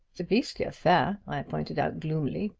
it's a beastly affair, i pointed out gloomily,